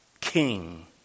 King